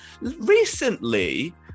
Recently